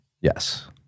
Yes